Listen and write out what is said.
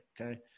okay